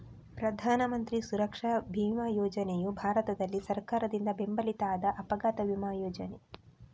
ಪ್ರಧಾನ ಮಂತ್ರಿ ಸುರಕ್ಷಾ ಬಿಮಾ ಯೋಜನೆಯು ಭಾರತದಲ್ಲಿ ಸರ್ಕಾರದಿಂದ ಬೆಂಬಲಿತ ಆದ ಅಪಘಾತ ವಿಮಾ ಯೋಜನೆ